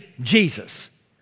Jesus